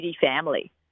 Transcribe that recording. family